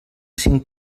cinc